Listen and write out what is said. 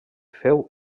feu